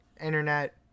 Internet